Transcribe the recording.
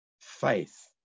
faith